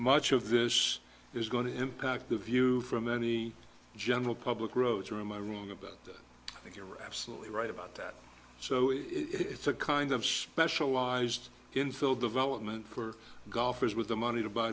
much of this is going to impact the view from any general public roads or in my room about it you're absolutely right about that so it's a kind of specialized in field development for golfers with the money to buy